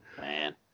Man